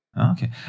Okay